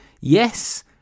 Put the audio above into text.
Yes